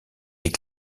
des